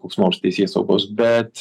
koks nors teisėsaugos bet